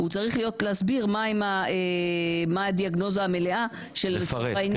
הוא צריך להסביר מה הדיאגנוזה המלאה --- לפרט,